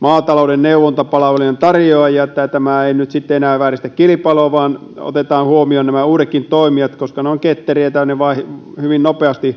maatalouden neuvontapalvelujen tarjoajia niin että tämä ei nyt sitten enää vääristä kilpailua vaan otetaan huomioon nämä uudetkin toimijat koska ne ovat ketteriä ja hyvin nopeasti